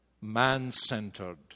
man-centered